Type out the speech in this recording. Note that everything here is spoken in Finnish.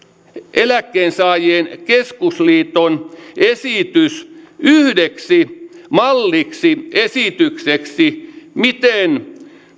eläkkeensaajien keskusliiton esitys yhdeksi malliksi esitykseksi miten